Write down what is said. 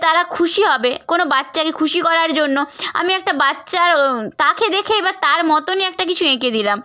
তারা খুশি হবে কোনো বাচ্চাকে খুশি করার জন্য আমি একটা বাচ্চার তাকে দেখেই বা তার মতনই একটা কিছু এঁকে দিলাম